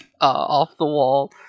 off-the-wall